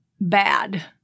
bad